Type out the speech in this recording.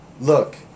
Look